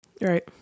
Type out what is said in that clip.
Right